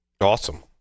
awesome